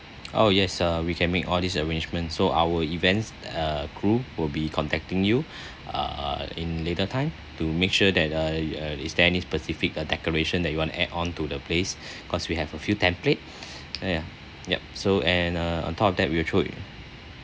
oh yes uh we can make all this arrangement so our events uh crew will be contacting you uh in later time to make sure that uh is there any specific uh decoration that you want to add on to the place cause we have a few template ya yup so and uh on top of that we are truly